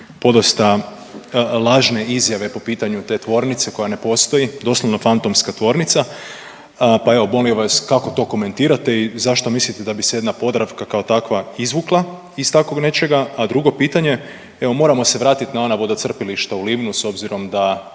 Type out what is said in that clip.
podosta lažne izjave po pitanju te tvornice koja ne postoji. Doslovno fantomska tvornica. Pa evo molim vas kako to komentirate i zašto mislite da bi se jedna Podravka kao takva izvukla iz tako nečega? A drugo čitanje, evo moramo se vratiti na ona vodocrpilišta u Livnu s obzirom da